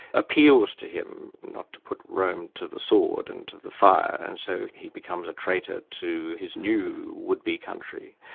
appeals to him not to put rome to the sword and to the fire, and so he becomes a traitor to his new would-be country,